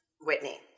Whitney